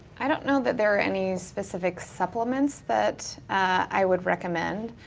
i don't know that there are any specific supplements that i would recommend.